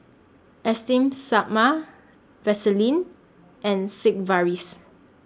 Esteem Stoma Vaselin and Sigvaris